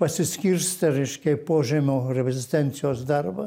pasiskirstę reiškia į požemio rezistencijos darbą